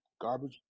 garbage